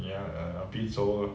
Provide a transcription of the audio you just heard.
ya a bit so